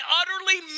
utterly